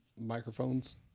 microphones